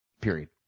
period